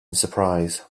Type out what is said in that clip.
surprise